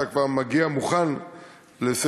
אתה כבר מגיע מוכן לסדר-יום,